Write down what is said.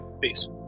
Peace